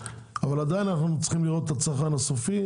עדין אנחנו צריכים לראות את הצרכן הסופי,